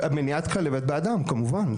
מניעת כלבת באדם, כמובן.